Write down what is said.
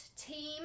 team